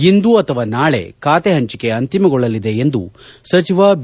ಇಂದು ಅಥವಾ ನಾಳೆ ಖಾತೆ ಪಂಚಿಕೆ ಅಂತಿಮಗೊಳ್ಳಲಿದೆ ಎಂದು ಸಚಿವ ಬಿ